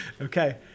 okay